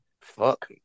Fuck